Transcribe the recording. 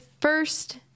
first